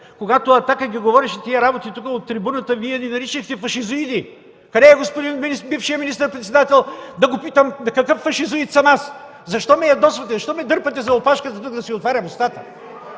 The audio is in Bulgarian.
Когато „Атака” говореше тези работи тук, от трибуната, Вие ни наричахте фашизоиди! Къде е бившият министър-председател да го питам: какъв фашизоид съм аз?! Защо ме ядосвате? Защо ме дърпате за опашката – тук да си отварям устата?!